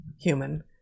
human